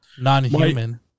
non-human